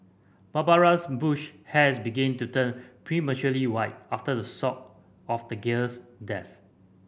Barbara's Bush hairs begin to turn prematurely white after the sock of the girl's death